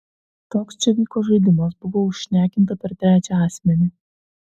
toks čia vyko žaidimas buvau užšnekinta per trečią asmenį